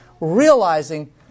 realizing